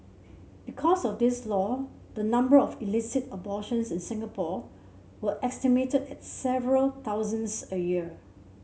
because of this law the number of illicit abortions in Singapore were estimated at several thousands a year